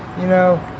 you know,